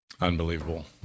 Unbelievable